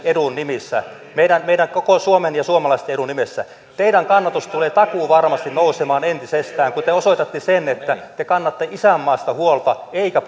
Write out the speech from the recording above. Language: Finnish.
edun nimissä meidän meidän koko suomen ja suomalaisten edun nimissä teidän kannatuksenne tulee takuuvarmasti nousemaan entisestään kun te osoitatte sen että te kannatte isänmaasta huolta ettekä